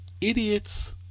idiots